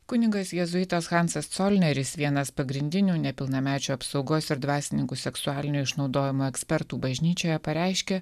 kunigas jėzuitas hansas colineris vienas pagrindinių nepilnamečių apsaugos ir dvasininkų seksualinio išnaudojimo ekspertų bažnyčioje pareiškė